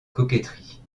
coquetterie